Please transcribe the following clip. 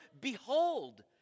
behold